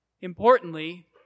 Importantly